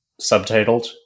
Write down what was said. subtitled